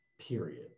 period